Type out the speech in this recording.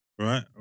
Right